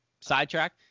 Sidetrack